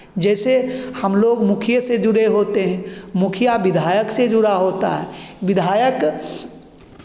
जैसे हम लोग मुखिये से जुड़े होते हैं मुखिया विधायक से जुड़ा होता है विधायक